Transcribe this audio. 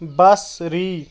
بصری